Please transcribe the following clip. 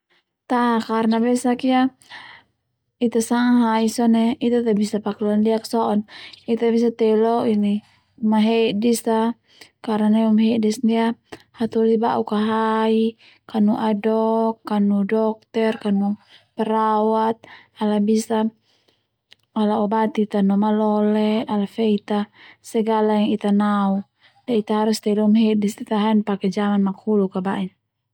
Ta karna besak ia ita sanga hai sone ita tabisa pake londiak so'on, Ita bisa teulo uma hedis a karna nai uma hedis ndia hatoli bauk a hai kanu adok kanu dokter kanu perawat ala bisa ala obati Ita no malole ala fe Ita segala yang Ita nau Ita harus teu lo umahedis Ita haen pake cara makhluk bain.